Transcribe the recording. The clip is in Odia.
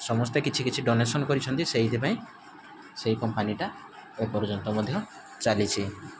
ସମସ୍ତେ କିଛି କିଛି ଡୋନେସନ୍ କରିଛନ୍ତି ସେଇଥିପାଇଁ ସେଇ କମ୍ପାନୀଟା ଏ ପର୍ଯ୍ୟନ୍ତ ମଧ୍ୟ ଚାଲିଛି